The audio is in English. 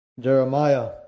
Jeremiah